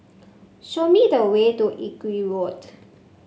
show me the way to Inggu Road